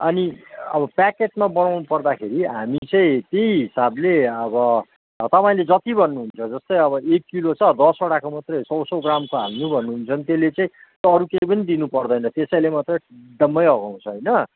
अनि अब प्याकेटमा बनाउनुपर्दाखेरि हामी चाहिँ त्यही हिसाबले अब अब तपाईँले जति भन्नुहुन्छ जस्तै अब एक किलोको छ दसवटाको मात्रै सौ सौ ग्रामको हाल्नु भन्नुहुन्छ भने त्यसले चाहिँ त्यो अरू केही पनि दिनुपर्दैन त्यसैले मात्रै डम्मै अघाउँछ होइन